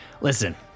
Listen